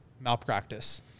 malpractice